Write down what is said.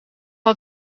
had